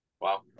Wow